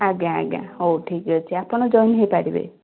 ଆଜ୍ଞା ଆଜ୍ଞା ହଉ ଠିକ୍ ଅଛି ଆପଣ ଜଏନ୍ ହେଇପାରିବେ